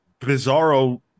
bizarro